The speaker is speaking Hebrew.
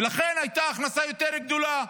ולכן הייתה הכנסה יותר גדולה.